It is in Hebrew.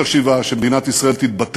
חברת הכנסת ענת ברקו,